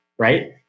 Right